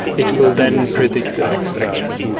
it will then predict the next action.